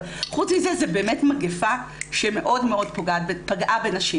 אבל חוץ מזה זו באמת מגפה שמאוד מאוד פוגעת ופגעה בנשים.